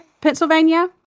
Pennsylvania